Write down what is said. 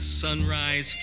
sunrise